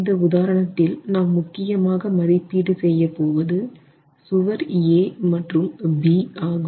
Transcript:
இந்த உதாரணத்தில் நாம் முக்கியமாக மதிப்பீடு செய்ய போவது சுவர் A மற்றும் B ஆகும்